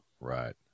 Right